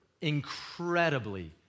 incredibly